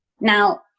Now